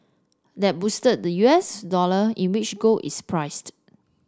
that boosted the U S dollar in which gold is priced